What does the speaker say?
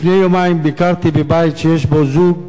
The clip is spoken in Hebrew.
לפני יומיים ביקרתי בבית שיש בו זוג,